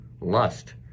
lust